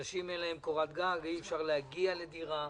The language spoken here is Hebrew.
לאנשים אין קורת גג, אי אפשר להגיע לדירה,